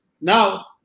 Now